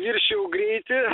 viršijau greitį